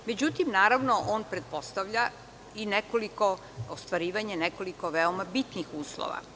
Međutim, naravno, on pretpostavlja i ostvarivanje nekoliko veoma bitnih uslova.